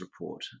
report